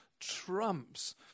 trumps